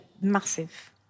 massive